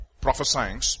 prophesying